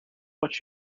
what